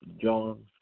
John